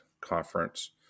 conference